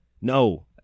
no